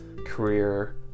Career